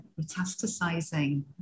metastasizing